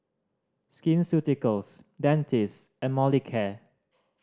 Skin Ceuticals Dentiste and Molicare